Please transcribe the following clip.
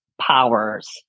powers